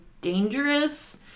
dangerous